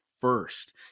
first